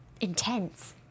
intense